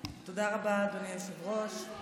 רבה, אדוני היושב-ראש.